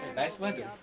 nice weather!